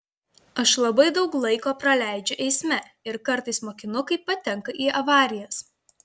aš labai daug laiko praleidžiu eisme ir kartais mokinukai patenka į avarijas